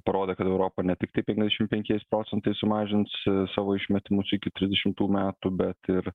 parodė kad europa ne tiktai penkiasdešim penkiais procentais sumažins savo išmetimus iki trisdešimtų metų bet ir